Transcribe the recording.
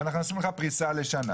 ואנחנו עושים לך פריסה לשנה.